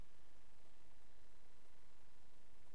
קובע